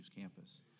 campus